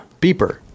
beeper